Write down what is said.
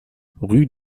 rue